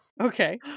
Okay